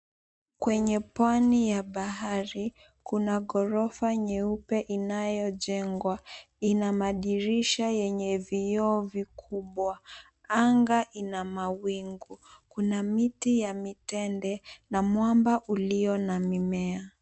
Kwenye pwani ya bahari, kuna ghorofa nyeupe inayojengwa. Ina madirisha yenye vioo vikubwa, anga ina mawingu. Kuna miti ya mitende na mwamba ulio na mimea.